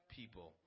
people